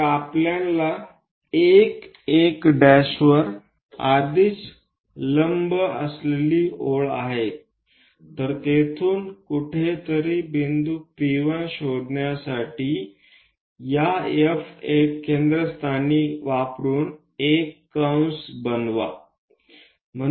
तर आपल्याला 1 1' वर आधीच लंब असलेली ओळ आहे तर येथून कुठेतरी बिंदू P 1 शोधण्यासाठी या F केंद्रस्थानी वापरून एक कंस बनवा